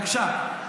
בבקשה.